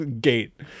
gate